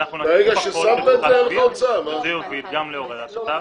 אנחנו --- זה יוביל גם להורדת התעריף.